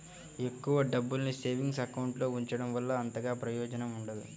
ఎక్కువ డబ్బుల్ని savings account లో ఉంచడం వల్ల అంతగా ప్రయోజనం ఉండదు